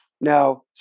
Now